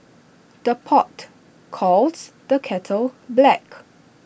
the pot calls the kettle black